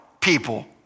people